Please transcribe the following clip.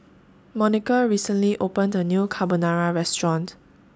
Monika recently opened A New Carbonara Restaurant